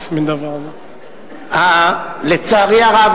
לצערי הרב,